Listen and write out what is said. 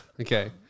Okay